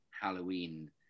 Halloween